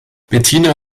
bettina